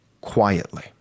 quietly